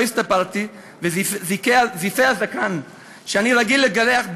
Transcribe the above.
לא הסתפרתי וזיפי הזקן שאני רגיל לגלח בולטים,